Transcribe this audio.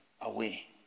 away